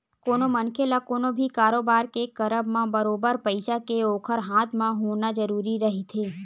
कोनो मनखे ल कोनो भी कारोबार के करब म बरोबर पइसा के ओखर हाथ म होना जरुरी रहिथे